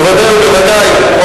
בוודאי ובוודאי, קצבת שאירים.